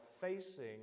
facing